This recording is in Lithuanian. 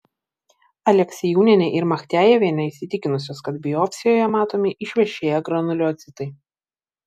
aleksiejūnienė ir machtejevienė įsitikinusios kad biopsijoje matomi išvešėję granuliocitai